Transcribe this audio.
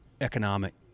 economic